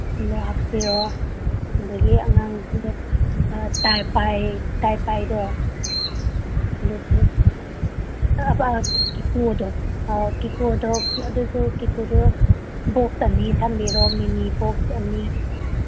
ꯑꯗꯣ ꯍꯥꯞꯄꯤꯔꯣ ꯑꯗꯒꯤ ꯑꯉꯥꯡꯒꯤ ꯇꯥꯏ ꯄꯥꯏꯗꯣ ꯀꯤꯀꯣꯗꯣ ꯀꯤꯀꯣꯗꯣ ꯑꯗꯨꯁꯨ ꯀꯤꯀꯣꯗꯣ ꯕꯣꯛꯁ ꯑꯅꯤ ꯊꯝꯕꯤꯔꯣ ꯃꯤꯃꯤ ꯕꯣꯛꯁ ꯑꯅꯤ